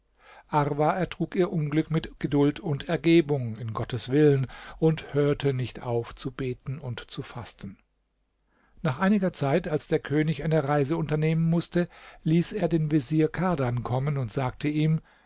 arwa ertrug ihr unglück mit geduld und ergebung in gottes willen und hörte nicht auf zu beten und zu fasten nach einiger zeit als der könig eine reise unternehmen mußte ließ er den vezier kardan kommen und sagte ihm